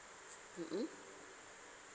mm mm